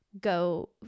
go